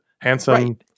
handsome